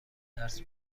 درس